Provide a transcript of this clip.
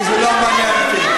כי זה לא מעניין אותי.